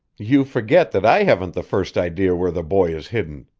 you forget that i haven't the first idea where the boy is hidden,